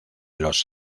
los